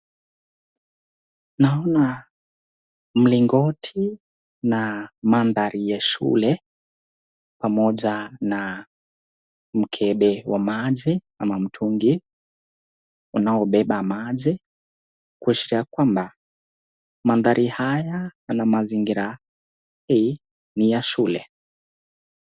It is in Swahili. Naona mlingoti na mandhari ya shule, pamoja na mkebe wa maji ama mtungi wanaobeba maji kuashiria kwamba mandhari haya yana mazingira hii ni ya shule.